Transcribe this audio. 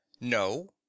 No